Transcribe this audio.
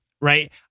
right